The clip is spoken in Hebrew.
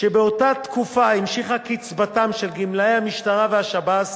שבאותה תקופה המשיכה קצבתם של גמלאי המשטרה והשב"ס